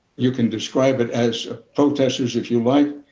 you can describe it as ah protesters, if you like.